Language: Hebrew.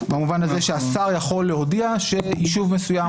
במובן הזה שהשר יכול להודיע שיישוב מסוים,